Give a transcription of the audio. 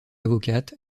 avocate